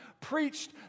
preached